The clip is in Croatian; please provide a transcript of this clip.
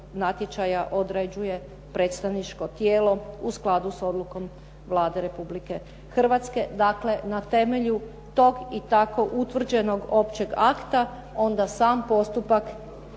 natječaja određuje predstavničko tijelo u skladu s odlukom Vlade Republike Hrvatske, dakle na temelju toga i tako utvrđenog općeg akta, onda sam postupak